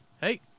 Hey